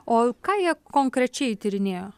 o ką jie konkrečiai tyrinėjo